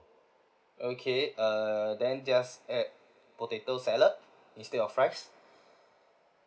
okay uh then just add potato salad instead of fries